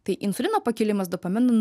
tai insulino pakilimas dopamin